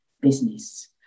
business